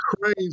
crazy